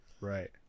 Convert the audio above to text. right